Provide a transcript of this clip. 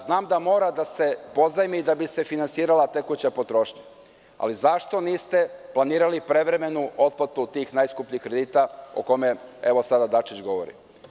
Znam da mora da se pozajmi da bi se finansirala tekuća potrošnja, ali zašto niste planirali prevremenu otplatu tih najskupljih kredita o kojima sada Dačić govori.